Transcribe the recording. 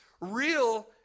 real